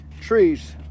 trees